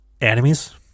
enemies